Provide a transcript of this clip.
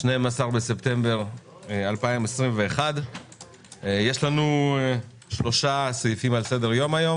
12 בספטמבר 2021. יש לנו שלושה סעיפים על סדר-היום.